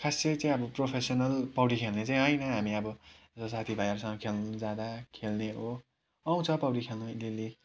खासै चाहिँ अब प्रोफेसनल पौडी खेल्ने चाहिँ होइन हामी अब जस्तो साथी भाइहरूसँग खेल्नु जाँदा खेल्ने हो आउँछ पौडी खेल्नु अलिअलि